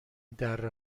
دره